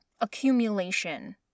accumulation